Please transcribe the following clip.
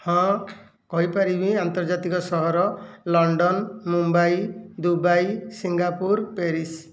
ହଁ କହିପାରିବି ଅନ୍ତର୍ଜାତିକ ସହର London Mumbai Dubai Singapore Paris